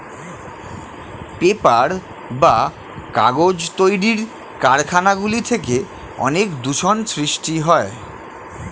paper বা কাগজ তৈরির কারখানা গুলি থেকে অনেক দূষণ সৃষ্টি হয়